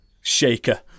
Shaker